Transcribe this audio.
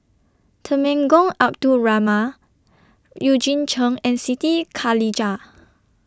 Temenggong Abdul Rahman Eugene Chen and Siti Khalijah